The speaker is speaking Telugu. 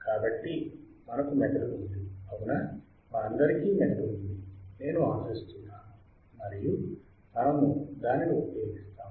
కాబట్టి మనకు మెదడు ఉంది అవునా మనందరికీ మెదడు ఉంది నేను ఆశిస్తున్నాను మరియు మనము దానిని ఉపయోగిస్తాము